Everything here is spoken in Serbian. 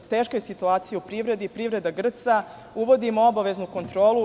Teška je situacija u privredi, privreda grca, uvodimo obaveznu kontrolu.